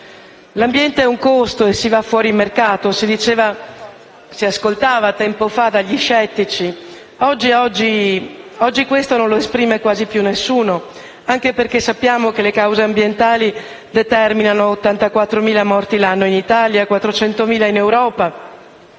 L'ambiente ha un costo e si va fuori mercato: tempo fa dicevano gli scettici. Oggi questo non lo esprime quasi più nessuno, anche perché sappiamo che le cause ambientali determinano 84.000 morti in Italia, 400.000 in Europa.